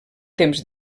temps